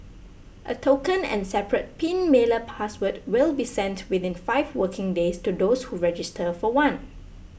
a token and separate pin mailer password will be sent within five working days to those who register for one